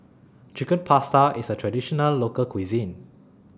Chicken Pasta IS A Traditional Local Cuisine